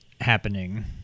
happening